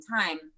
time